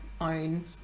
own